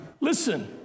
Listen